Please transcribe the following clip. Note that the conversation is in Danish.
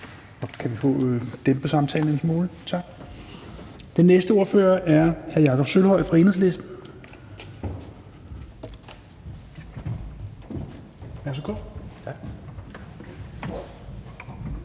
Kan vi få dæmpet samtalen en smule? Tak. Den næste ordfører er hr. Jakob Sølvhøj fra Enhedslisten.